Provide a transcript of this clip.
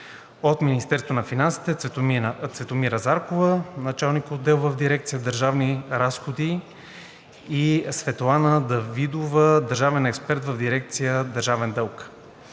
от Министерството на финансите: Цветомира Заркова – началник-отдел в дирекция „Държавни разходи“, и Светлана Давидова – държавен експерт в дирекция